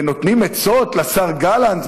ונותנים עצות לשר גלנט,